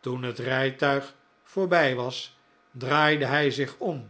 toen het rijtuig voorbij was draaide hij zich om